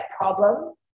problem